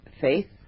faith